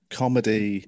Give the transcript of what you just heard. comedy